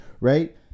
Right